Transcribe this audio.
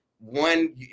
one